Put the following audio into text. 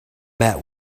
met